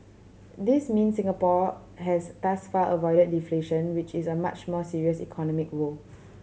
this mean Singapore has thus far avoided deflation which is a much more serious economic woe